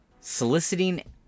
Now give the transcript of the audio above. soliciting